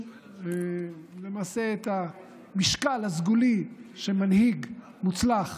למעשה את המשקל הסגולי שמנהיג מוצלח